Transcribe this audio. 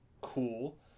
cool